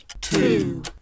two